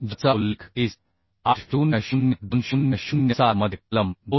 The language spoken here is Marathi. ज्याचा उल्लेख IS800 2007 मध्ये कलम 2